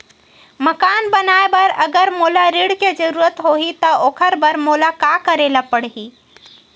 मकान बनाये बर अगर मोला ऋण के जरूरत होही त ओखर बर मोला का करे ल पड़हि?